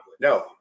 No